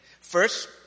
First